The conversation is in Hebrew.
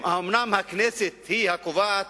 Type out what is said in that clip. האומנם הכנסת היא קובעת,